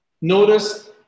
Notice